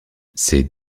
ces